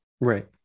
Right